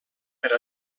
per